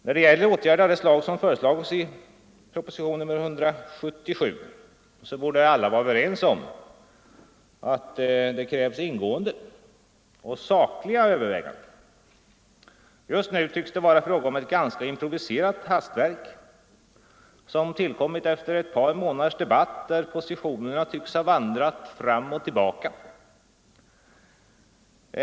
När det gäller åtgärder av det slag som föreslagits i proposition nr 177 borde alla vara överens om att det krävs ingående och sakliga överväganden. Just nu tycks det vara fråga om ett ganska improviserat hastverk, som tillkommit efter ett par månaders debatt där positionerna förefaller att ha vandrat fram och tillbaka.